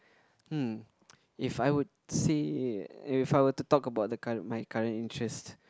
hmm if I would say if I were to talk about the current my current interest